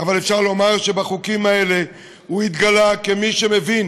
אבל אפשר לומר שבחוקים האלה הוא התגלה כמי שמבין